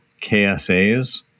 KSAs